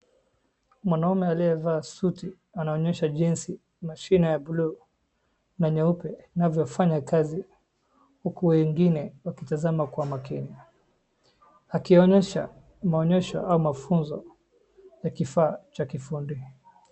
Mwanaume aliyevaa suti anawanyosha jinsi mashina ya bluu na nyeupe na inavyofanya ya kazi huku weingine wakitazama kwa makini. Akionyesha maonyosho au mafunzo ya kifaa cha kifundi.